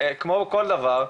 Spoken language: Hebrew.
כמו כל דבר,